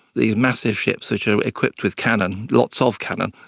these massive ships which are equipped with cannon, lots of cannon,